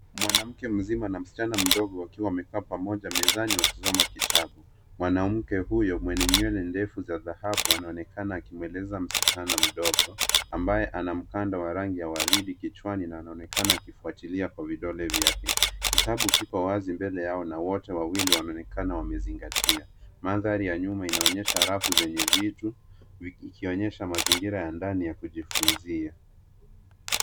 Mwanamke mzima na msichana mdogo wakiwa wamekaa pamoja mezani wakisoma kitabu. Mwanamke huyo mwenye nywele ndefu za dhahabu anaonekana akimweleza msichana mdogo ambaye ana mkanda wa rangi ya waridi kichwani na anaonekana akifuatilia kwa vidole vyake. Kitabu kipo wazi mbele yao na wote wawili wanaonekana wamezingatia. Mandhari ya nyuma inaonyesha rafu zenye vitu ikionyesha mazingira ya ndani ya kujifunzia.